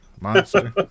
monster